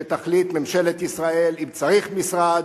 שתחליט ממשלת ישראל אם צריך משרד.